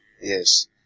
Yes